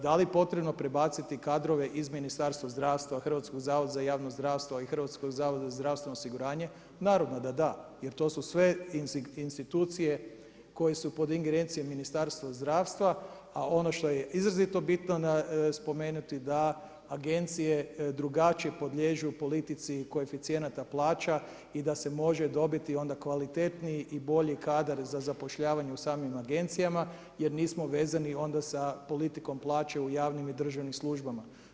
Da li je potrebno prebaciti kadrove iz Ministarstva zdravstva, Hrvatskoj zavoda za javno zdravstvo i Hrvatskog zavoda za zdravstveno osiguranje naravno da da jer to su sve institucije koje su pod ingerencijom Ministarstva zdravstva a ono što je izrazito bitno spomenuto da agencije drugačije podliježu politici koeficijenata plaća i da se može dobiti onda kvalitetniji i bolji kadar za zapošljavanje u samim agencijama jer nismo vezani onda sa politikom plaće u javnim i državnim službama.